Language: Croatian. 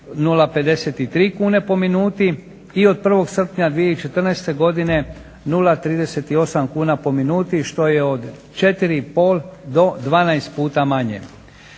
0,53 kuna po minuti i od 1. srpnja 2014. godine 0,38 kuna po minuti što je od 4,5 do 12 puta manje.